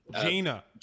Gina